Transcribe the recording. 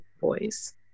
boys